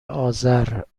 آذر